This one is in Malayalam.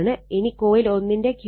ഇനി കോയിൽ 1 ന്റെ Q എന്നത് L1 ω0 R1